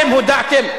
אתם הודעתם,